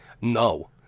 No